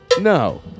No